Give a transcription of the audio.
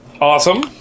Awesome